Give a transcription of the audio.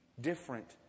different